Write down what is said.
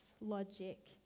logic